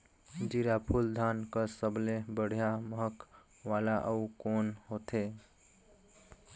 जीराफुल धान कस सबले बढ़िया महक वाला अउ कोन होथै?